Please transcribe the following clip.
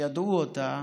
שידעו אותה,